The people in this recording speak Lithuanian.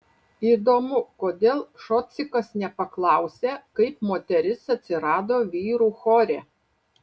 įdomu kodėl šocikas nepaklausė kaip moteris atsirado vyrų chore